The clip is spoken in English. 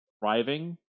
thriving